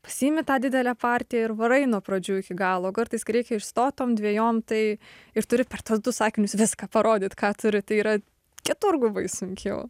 pasiimi tą didelę partiją ir varai nuo pradžių iki galo kartais kai reikia išstot tom dvejom tai ir turi per tuos du sakinius viską parodyt ką turi tai yra keturgubai sunkiau